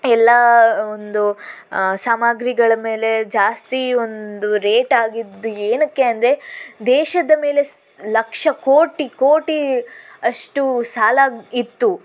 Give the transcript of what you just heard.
ಎಲ್ಲ ಒಂದು ಸಾಮಗ್ರಿಗಳ ಮೇಲೆ ಜಾಸ್ತಿ ಒಂದು ರೇಟಾಗಿದ್ದು ಏನಕ್ಕೆ ಅಂದರೆ ದೇಶದ ಮೇಲೆ ಸ್ ಲಕ್ಷ ಕೋಟಿ ಕೋಟಿ ಅಷ್ಟು ಸಾಲ ಇತ್ತು